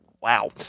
wow